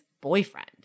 boyfriend